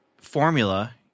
formula